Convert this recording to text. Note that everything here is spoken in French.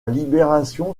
libération